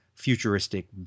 futuristic